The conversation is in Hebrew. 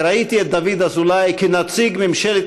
וראיתי את דוד אזולאי כנציג ממשלת